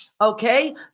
okay